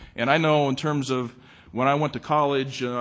and i know in terms of when i went to college,